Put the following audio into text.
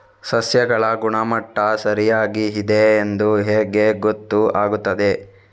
ಸಸ್ಯಗಳ ಗುಣಮಟ್ಟ ಸರಿಯಾಗಿ ಇದೆ ಎಂದು ಹೇಗೆ ಗೊತ್ತು ಆಗುತ್ತದೆ?